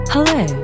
Hello